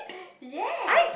ya